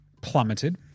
plummeted